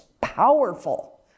powerful